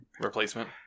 replacement